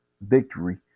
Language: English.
victory